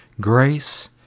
grace